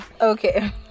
Okay